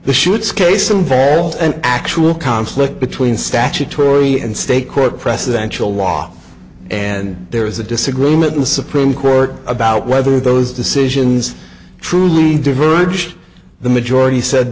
the shoots case some failed and actual conflict between statutory and state court precedential law and there is a disagreement in the supreme court about whether those decisions truly diverge the majority said